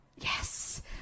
Yes